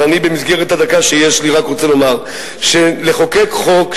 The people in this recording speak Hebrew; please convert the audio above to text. ובמסגרת הדקה שיש לי אני רק אומר: לחוקק חוק,